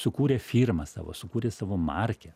sukūrė firmą savo sukūrė savo markę